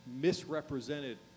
misrepresented